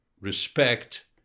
respect